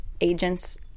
agents